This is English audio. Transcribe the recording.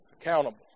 accountable